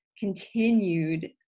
Continued